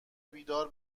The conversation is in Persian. بیدار